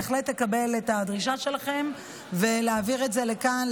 בהחלט אקבל את הדרישה שלכם להעביר את זה לכאן,